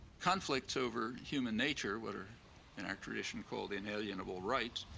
conflicts over human nature, what are in our tradition called inalienable rights,